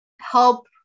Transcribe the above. help